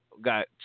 Got